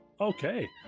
okay